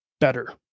better